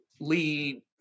lead